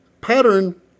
pattern